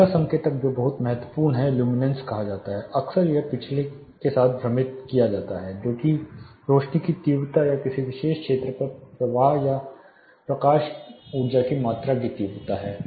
अगला संकेतक जो बहुत महत्वपूर्ण है ल्यूमिनेन्स कहा जाता है अक्सर यह पिछले एक के साथ भ्रमित होता है जो कि रोशनी की तीव्रता या किसी विशेष क्षेत्र पर प्रवाह या प्रकाश ऊर्जा की मात्रा की तीव्रता है